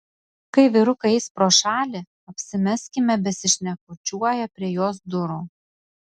kai vyrukai eis pro šalį apsimeskime besišnekučiuoją prie jos durų